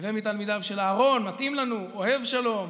"הוי מתלמידיו של אהרן" מתאים לנו: אוהב שלום,